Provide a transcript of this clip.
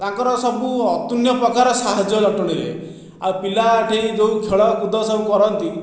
ତାଙ୍କର ସବୁ ଅତୁଳନୀୟ ପ୍ରକାର ସାହାଯ୍ୟ ଜଟଣୀରେ ଆଉ ପିଲା ଏଠି ଯେଉଁ ଖେଳକୁଦ ସବୁ କରନ୍ତି